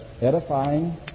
edifying